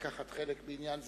לקחת חלק בעניין זה,